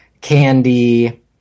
candy